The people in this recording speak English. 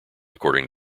according